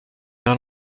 vers